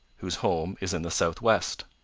whose home is in the southwest.